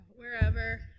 wherever